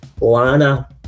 Lana